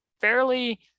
fairly